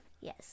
Yes